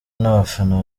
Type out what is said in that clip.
n’abafana